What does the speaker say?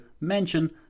mention